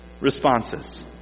responses